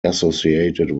associated